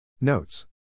Notes